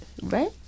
Right